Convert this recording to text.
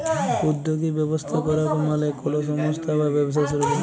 উদ্যগী ব্যবস্থা করাক মালে কলো সংস্থা বা ব্যবসা শুরু করাক